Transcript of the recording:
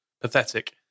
Pathetic